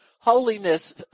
Holiness